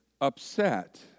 upset